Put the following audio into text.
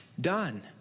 done